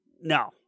No